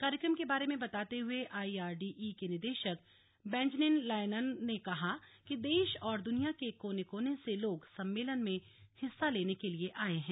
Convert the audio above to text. कार्यक्रम के बारे में बताते हुये आई आर डी ई के निदेशक बैंजनिन लयनल ने कहा कि देश और दुनिया के कोने कोने से लोग सम्मेलन में हिस्सा लेने के लिये आये हैं